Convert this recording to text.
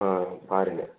ஆ பாருங்க